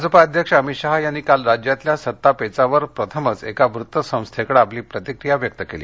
अमित शहा भाजपा अध्यक्ष अमित शहा यांनी काल राज्यातल्या सत्ता पेचावर प्रथमच एका वृत्त संस्थेकडे आपली प्रतिक्रिया व्यक्त केली